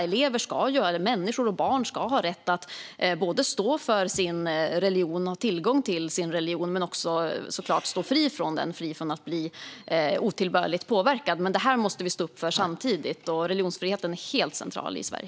Elever - människor, barn - ska ha rätt att stå för sin religion och ha tillgång till sin religion, men också såklart stå fria från den och vara fria från att bli otillbörligt påverkade. Det här måste vi stå upp för samtidigt. Religionsfriheten är helt central i Sverige.